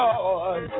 Lord